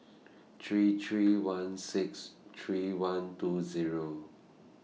three three one six three one two Zero